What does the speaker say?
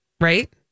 Right